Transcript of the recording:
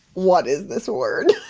what is this word?